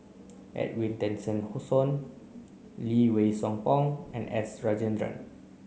Edwin Tessensohn Lee Wei Song Paul and S Rajendran